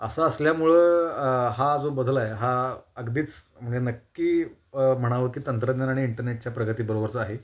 असं असल्यामुळं हा जो बदल आहे हा अगदीच म्हणजे नक्की म्हणावं की तंत्रज्ञान आणि इंटरनेटच्या प्रगतीबरोबरचा आहे